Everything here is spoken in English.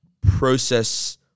process